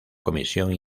comisión